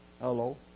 Hello